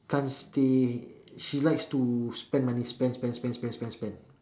can't stay she likes to spend money spend spend spend spend spend spend